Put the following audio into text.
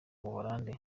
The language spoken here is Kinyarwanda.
buholandi